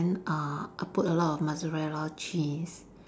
then uh I put a lot of mozzarella cheese